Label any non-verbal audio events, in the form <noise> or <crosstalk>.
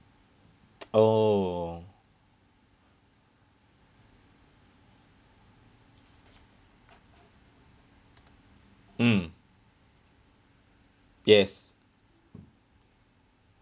<noise> oh mm yes